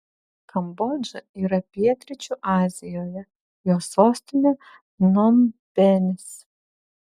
kambodža yra pietryčių azijoje jos sostinė pnompenis